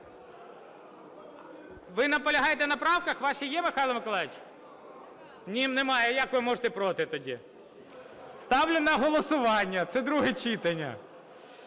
Ви наполягаєте на правках? Ваші є, Михайло Миколайович? Ні, немає. Як ви можете проти тоді? Ставлю на голосування. Це друге читання.